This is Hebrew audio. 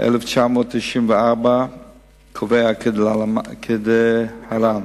איום חמור על הטבע בישראל.